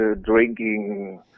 drinking